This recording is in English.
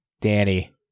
Danny